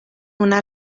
una